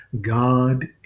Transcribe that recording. God